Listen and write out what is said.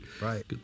Right